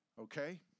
Okay